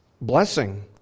blessing